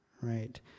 right